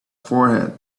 forehead